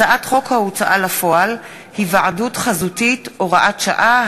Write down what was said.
הצעת חוק ההוצאה לפועל (היוועדות חזותית) (הוראת שעה),